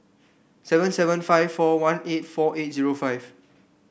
seven seven five four one eight four eight zero five